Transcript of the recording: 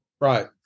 Right